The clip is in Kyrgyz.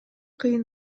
кыйын